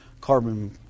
carbon